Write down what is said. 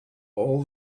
all